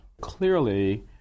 Clearly